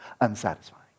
unsatisfying